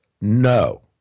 No